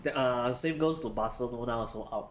th~ err same goes to barcelona also out